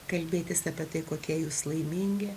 kalbėtis apie tai kokie jūs laimingi